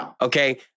Okay